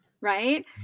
right